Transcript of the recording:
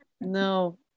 no